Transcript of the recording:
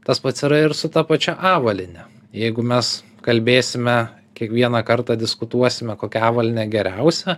tas pats yra ir su ta pačia avalyne jeigu mes kalbėsime kiekvieną kartą diskutuosime kokia avalynė geriausia